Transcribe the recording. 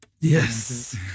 Yes